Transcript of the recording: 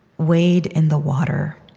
wade in the water